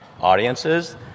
audiences